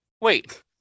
Wait